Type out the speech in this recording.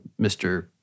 Mr